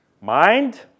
mind